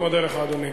אני מודה לך, אדוני.